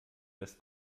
das